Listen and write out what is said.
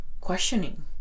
questioning